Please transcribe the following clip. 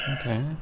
Okay